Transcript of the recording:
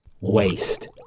waste